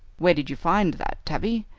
where did you find that, tavie?